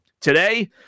Today